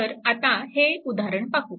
तर आता हे उदाहरण पाहू